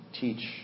Teach